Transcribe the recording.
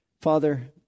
Father